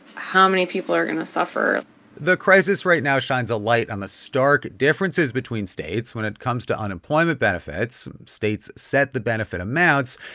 how many people are going to suffer the crisis right now shines a light on the stark differences between states when it comes to unemployment benefits. states set the benefit amounts,